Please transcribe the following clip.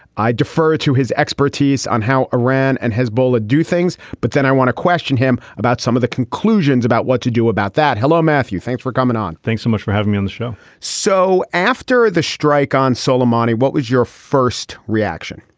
i defer to his expertise on how iran and hezbollah do things, but then i want to question him about some of the conclusions about what to do about that. hello, matthew. thanks for coming on. thanks so much for having me on the show. so after the strike on sulaimani, what was your first reaction?